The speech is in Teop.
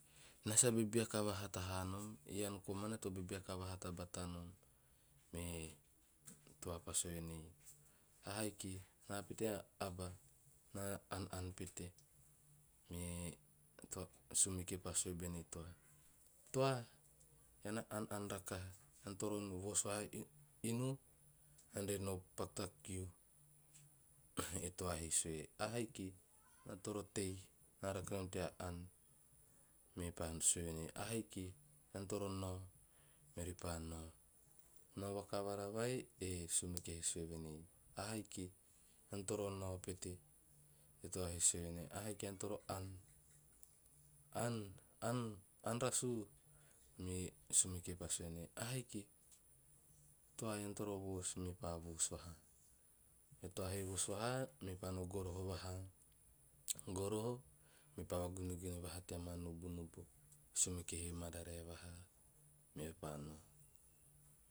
"Na sa bebeaka vahata ha nom, ean komana to bebeka vahata nom bata nom." Me e toa pa sumeke pa sue bene toa "toa ean na aan aan rakaha ean toro voos vaha inu ean re no paku kiu." E toa he sue "ahiki na toro tei na rake nom tea aan." Me pa sue venei 'ahiki ean toro nao." Meori pa nao, nao vakavara vai, e sumeke he sue venei "ahaiki pan toro nao." E toa he sue venei "ahiki ean toro aan, aan aan aan raasu. Me sumeke pa sue venei "ahiki toa ean toro voos." Me toa pa voos vaha, e toa he voos vaha mepaa no goroho vahaa. Goroho mepaa vagunegeinei vaha teama nubunubu. E sumeke he mararae vaha meepa nao.